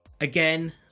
Again